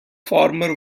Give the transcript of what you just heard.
former